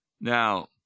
Now